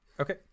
okay